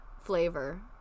flavor